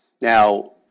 Now